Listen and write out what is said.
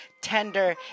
tender